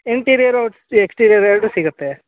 interior out exterior ಎರಡೂ ಸಿಗುತ್ತೆ